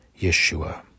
Yeshua